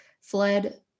fled